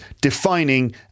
defining